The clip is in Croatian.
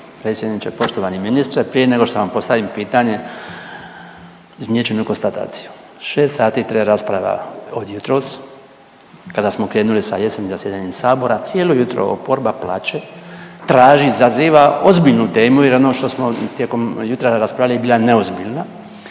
predsjedniče. Poštovani ministre, prije nego što vam postavim pitanje iznijet ću jednu konstataciju, šest sati traje rasprava od jutros kada smo krenuli sa jesenjim zasjedanjem sabora, cijelo jutro oporba plače, traži i zaziva ozbiljnu temu jer ono što smo tijekom jutra raspravljali je bila neozbiljna